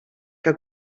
que